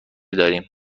داریم